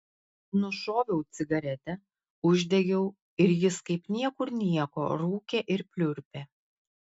nušoviau cigaretę uždegiau ir jis kaip niekur nieko rūkė ir pliurpė